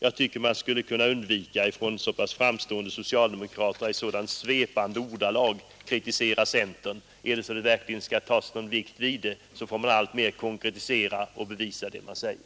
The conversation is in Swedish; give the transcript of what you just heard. Jag tycker att så pass framstående socialdemokrater skulle kunna undvika att i så svepande ordalag kritisera centern. Skall vi fästa någon vikt vid det, får man allt konkretisera och bevisa det man säger.